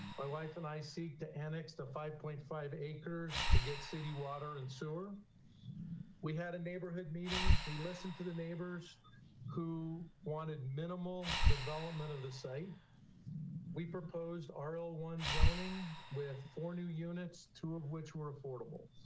my wife and i seek to annex to five point five acres to get city water and sewer. joe kent we had a neighborhood meeting we listened to the neighbors who wanted minimal development of the site we proposed um rl one zoning with four new units, two of which were affordable.